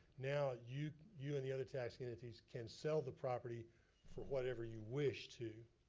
now you you and the other taxing entities can sell the property for whatever you wish to.